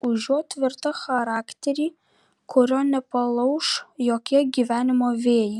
už jo tvirtą charakterį kurio nepalauš jokie gyvenimo vėjai